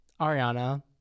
Ariana